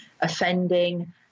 offending